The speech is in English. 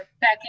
back